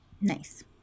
Nice